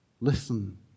Listen